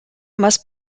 must